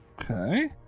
Okay